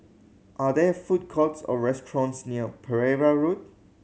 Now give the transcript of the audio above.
are there food courts or restaurants near Pereira Road